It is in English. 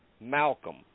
Malcolm